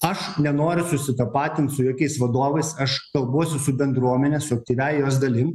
aš nenoriu susitapatint su jokiais vadovais aš kalbuosi su bendruomene su aktyviąja jos dalim